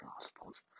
Gospels